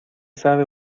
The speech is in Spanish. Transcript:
sabe